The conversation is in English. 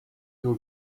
your